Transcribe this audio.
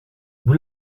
vous